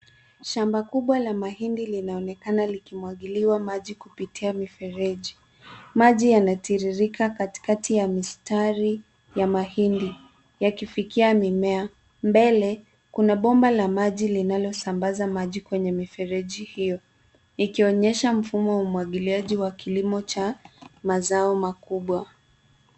Shamba kubwa la mahindi linaonekana likimwagiliwa maji kupitia mifereji. Maji yanatiririka katikati ya mistari ya mahindi yakifikia mimea. Mbele kuna bomba la maji linalosambaza maji kwenye mifereji hiyo ikionyesha mfumo wa umwagiliaji wa kilimo cha mazao makubwa.